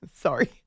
Sorry